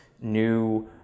new